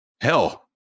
hell